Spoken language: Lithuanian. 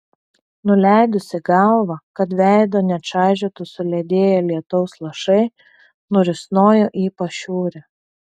nuleidusi galvą kad veido nečaižytų suledėję lietaus lašai nurisnojo į pašiūrę